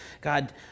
God